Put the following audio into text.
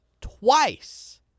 twice